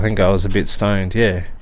think i was a bit stoned, yeah,